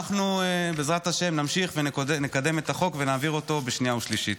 אנחנו בעזרת השם נמשיך ונקדם את החוק ונעביר אותו בשנייה ושלישית.